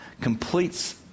completes